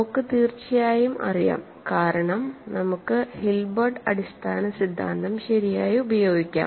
നമുക്ക് തീർച്ചയായും അറിയാം കാരണം നമുക്ക് ഹിൽബർട്ട് അടിസ്ഥാന സിദ്ധാന്തം ശരിയായി ഉപയോഗിക്കാം